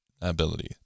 ability